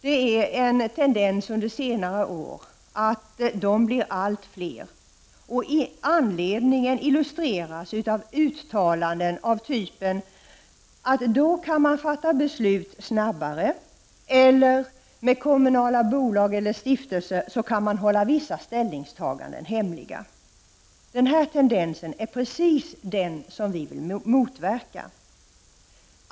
Dessa har under de senaste åren blivit allt fler, och anledningen illustreras av uttalanden av typen att man då kan fatta snabbare beslut eller att man kan hålla vissa ställningstaganden hemliga. Det är precis denna tendens vi vill motverka.